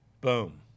Boom